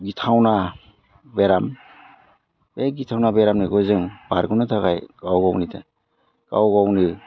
गिथावना बेराम बे गिथावना बेरामखौ जों बारग'नो थाखाय गाव गावनि गाव गावनो